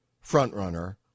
front-runner